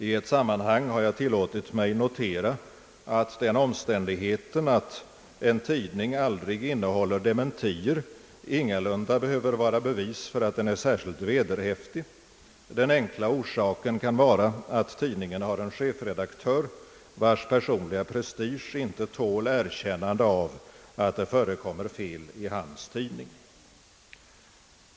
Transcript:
I ett sammanhang har jag tillåtit mig notera att den omständigheten att en tidning aldrig innehåller dementier ingalunda behöver vara bevis för att den är särskilt vederhäftig. Den enkla orsaken kan vara att tidningen har en chefredaktör vars personliga prestige inte tål erkännande av att det förekommer fel i hans tidning.